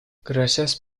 gracias